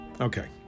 okay